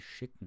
schicken